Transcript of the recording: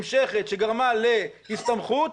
אבל זה לא גורע מכך שהרשות המבצעת,